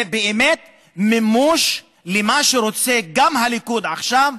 זה באמת מימוש של מה שרוצה גם הליכוד עכשיו,